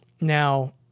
now